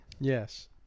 Yes